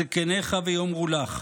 זקניך ויאמרו לך,